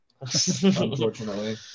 Unfortunately